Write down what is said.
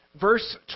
verse